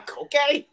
okay